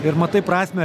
ir matai prasmę